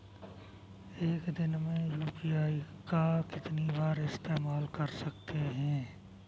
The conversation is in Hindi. एक दिन में यू.पी.आई का कितनी बार इस्तेमाल कर सकते हैं?